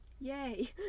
yay